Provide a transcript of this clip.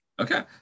Okay